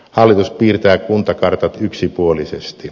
hallitus piirtää kuntakartat yksipuolisesti